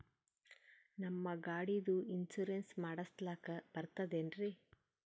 ನಮ್ಮ ಗಾಡಿದು ಇನ್ಸೂರೆನ್ಸ್ ಮಾಡಸ್ಲಾಕ ಬರ್ತದೇನ್ರಿ?